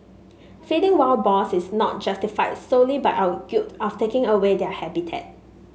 feeding wild boars is not justified solely by our guilt of taking away their habitat